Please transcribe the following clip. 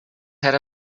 had